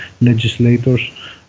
legislators